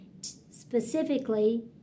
specifically